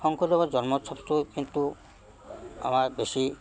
শংকৰদেৱৰ জন্মোৎসৱটো কিন্তু আমাৰ বেছি